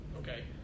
okay